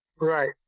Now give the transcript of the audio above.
Right